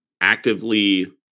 actively